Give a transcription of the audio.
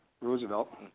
Roosevelt